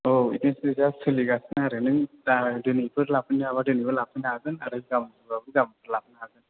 औ एडमिसना सोलिगासिनो आरो नों दिनैफोर लाफैनो हाबा दिनैबो लाफैनो हागोन आरो गाबोनफोरबाबो गाबोनबो लाफैनो हागोन